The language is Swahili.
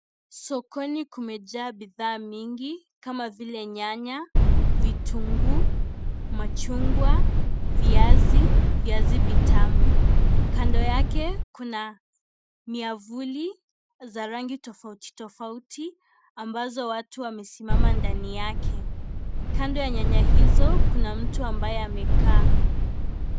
Sokoni kumejaa bidhaa mingi kama vile, nyanya, vitunguu, machungwa, viazi, viazi vitamu. Kando yake, kuna miavuli za rangi tofauti tofauti ambazo watu wamesimama ndani yake. Kando ya nyanya hizo kuna mtu amekaa.